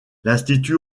l’institut